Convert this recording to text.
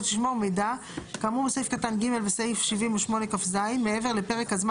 מידע כאמור בסעיף קטן (ג) בסעיף 78כז מעבר לפרק הזמן